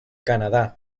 canadá